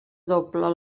doble